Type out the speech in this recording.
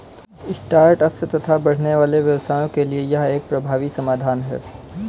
start ups तथा बढ़ने वाले व्यवसायों के लिए यह एक प्रभावी समाधान है